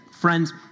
Friends